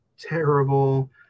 terrible